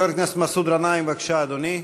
חבר הכנסת מסעוד גנאים, בבקשה, אדוני.